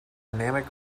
dynamic